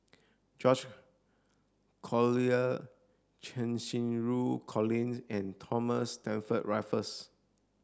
George Collyer Cheng Xinru Colin and Thomas Stamford Raffles